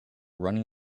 running